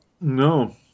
No